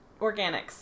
organics